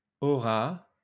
Aura